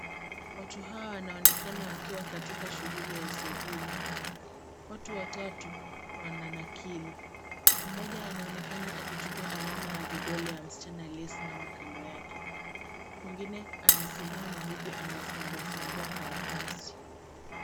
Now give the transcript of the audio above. Watu hawa wanaonekana wakiwa katika shughuli ya usajili. Watu watatu wananakili, mmoja anaonekana akichukua alama ya vidole ya msichana aliyesimama kando yake. Mwingine amesimama huku anafungua fungua karatasi.